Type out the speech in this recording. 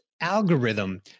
algorithm